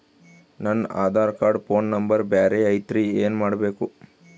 ನನ Aadhaar card phone number ಬ್ಯಾರೆ ಐತ್ರಿ ಏನ ಮಾಡಬೇಕು?